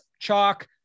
chalk